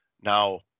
now